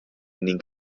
ning